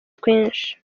twinshi